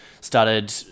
started